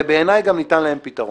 ובעיניי גם ניתן להם פתרון.